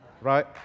Right